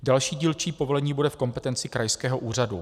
Další dílčí povolení bude v kompetenci krajského úřadu.